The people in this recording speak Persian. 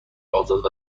آزاد